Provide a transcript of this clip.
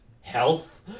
Health